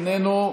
איננו,